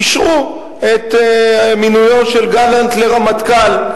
אישרו את מינויו של גלנט לרמטכ"ל.